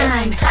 Time